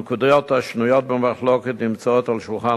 הנקודות השנויות במחלוקת נמצאות על שולחן